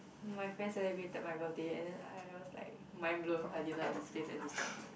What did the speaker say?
my friends celebrated my birthday and then I was like mind blow I didn't know that this place existed